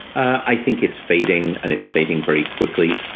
i think it's fading and it's fading very quickly.